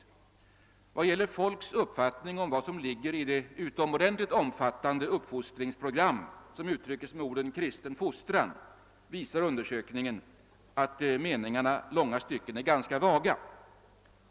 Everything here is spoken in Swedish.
I vad gäller folks uppfattning om vad som ligger i det utomordentligt omfattande uppfostringsprogram, som <:uttryckes med orden kristen fostran, visar undersökningen att meningarna i långa stycken är ganska vaga.